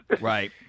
Right